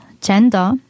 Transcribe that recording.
gender